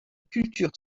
culture